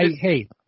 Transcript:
Hey